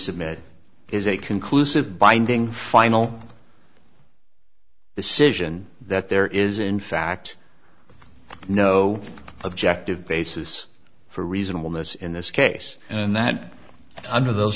submit is a conclusive binding final decision that there is in fact no objective basis for reasonable miss in this case and that under those